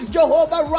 Jehovah